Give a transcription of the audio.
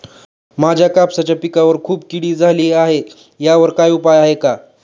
माझ्या कापसाच्या पिकावर खूप कीड झाली आहे यावर काय उपाय आहे का?